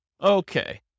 Okay